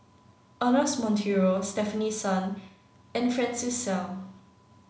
Ernest Monteiro Stefanie Sun and Francis Seow